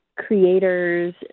creators